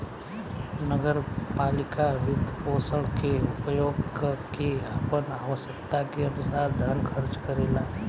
नगर पालिका वित्तपोषण के उपयोग क के आपन आवश्यकता के अनुसार धन खर्च करेला